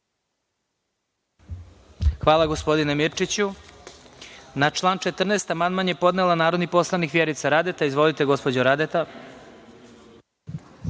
Hvala, gospodine Mirčiću. Na član 14. amandman je podnela narodni poslanik Vjerica Radeta. Izvolite, gospođo Radeta.